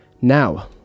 Now